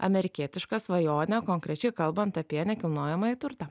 amerikietišką svajonę konkrečiai kalbant apie nekilnojamąjį turtą